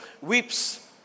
weeps